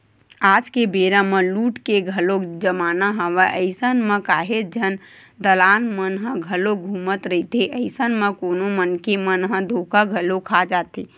आज के बेरा म लूट के घलोक जमाना हवय अइसन म काहेच झन दलाल मन ह घलोक घूमत रहिथे, अइसन म कोनो मनखे मन ह धोखा घलो खा जाथे